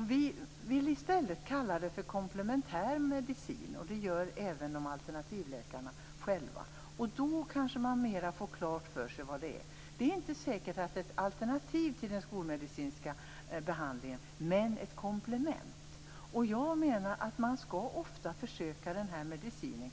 Vi vill i stället tala om komplementär medicin. Det gör även alternativläkarna själva. Då får man kanske mera klart för sig vad det är fråga om. Det är säkert inte att detta är ett alternativ till den skolmedicinska behandlingen. Det är dock ett komplement. Jag menar nog att man ofta först skall försöka den här medicinen.